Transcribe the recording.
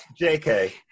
JK